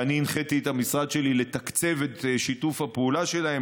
שהנחיתי את המשרד שלי לתקצב את שיתוף הפעולה איתם,